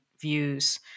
views